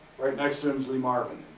right next to him is lee marvin.